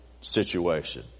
situation